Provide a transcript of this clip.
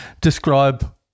describe